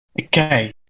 okay